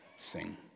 sing